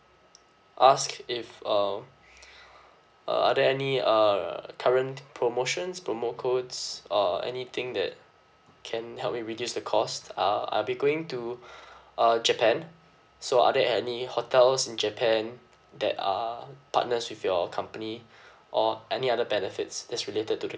ask if um uh are there any uh current promotions promo codes uh anything that can help me reduce the cost uh I'll be going to uh japan so are there any hotels in japan that are partners with your company or any other benefits that's related to the